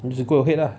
you should go ahead lah